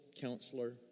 Counselor